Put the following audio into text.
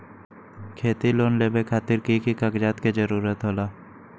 खेती लोन लेबे खातिर की की कागजात के जरूरत होला?